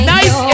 Nice